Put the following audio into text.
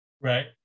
Right